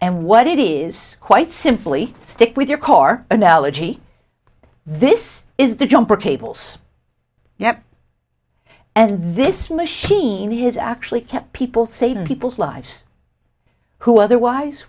and what it is quite simply stick with your car analogy this is the jumper cables yep and this machine is actually kept people save people's lives who otherwise